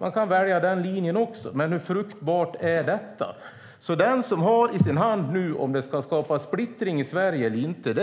Den linjen kan man också välja, men hur fruktbart är det? Det är nu upp till regeringen om det ska skapas splittring i Sverige eller inte.